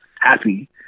happy